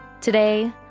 Today